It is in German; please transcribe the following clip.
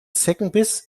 zeckenbiss